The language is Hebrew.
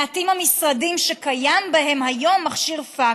מעטים המשרדים שקיים בהם היום מכשיר פקס.